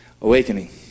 awakening